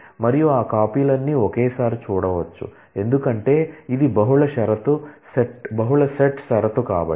మరియు ఆ కాపీలన్నీ ఒకేసారి చూడవచ్చు ఎందుకంటే ఇది బహుళ సెట్ షరతు కాబట్టి